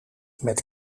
met